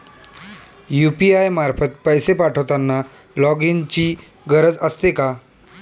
UPI मार्फत पैसे पाठवताना लॉगइनची गरज असते का?